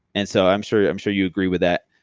and so, i'm sure yeah i'm sure you agree with that.